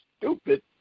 stupid